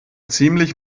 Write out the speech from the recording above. ziemlich